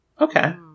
Okay